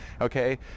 okay